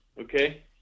Okay